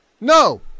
No